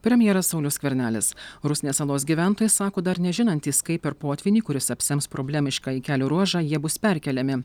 premjeras saulius skvernelis rusnės salos gyventojai sako dar nežinantys kaip per potvynį kuris apsems problemiškąjį kelio ruožą jie bus perkeliami